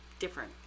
Different